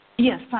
Yes